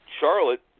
Charlotte